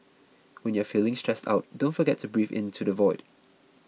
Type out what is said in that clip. when you are feeling stressed out don't forget to breathe into the void